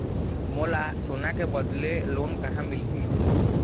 मोला सोना के बदले लोन कहां मिलही?